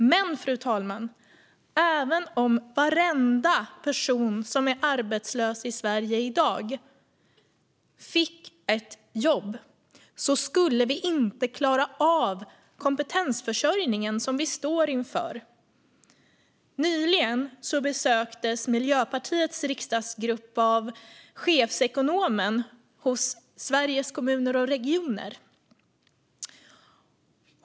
Men, fru talman, även om varenda person som är arbetslös i Sverige i dag fick ett jobb skulle vi inte klara av att möta det behov av kompetensförsörjning vi står inför. Nyligen besöktes Miljöpartiets riksdagsgrupp av chefsekonomen hos Sveriges Kommuner och Regioner.